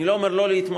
אני לא אומר לא להתמודד,